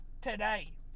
today